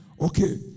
Okay